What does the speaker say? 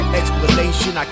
explanation